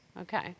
Okay